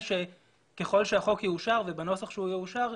שככל שהחוק יאושר ובנוסח שהוא יאושר,